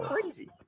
crazy